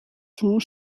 tour